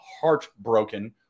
heartbroken